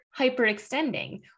hyperextending